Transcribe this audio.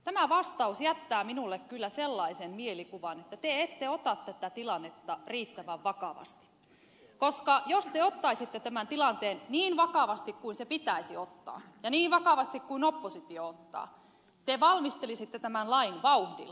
tämä vastaus jättää minulle kyllä sellaisen mielikuvan että te ette ota tätä tilannetta riittävän vakavasti koska jos te ottaisitte tämän tilanteen niin vakavasti kuin se pitäisi ottaa ja niin vakavasti kuin oppositio ottaa te valmistelisitte tämän lain vauhdilla